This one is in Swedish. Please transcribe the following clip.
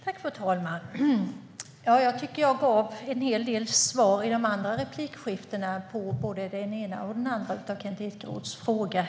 Fru talman! Jag tycker att jag gav en hel del svar i de andra replikskiftena på både den ena och den andra av Kent Ekeroths frågor.